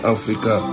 Africa